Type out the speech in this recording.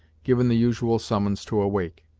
giving the usual summons to awake.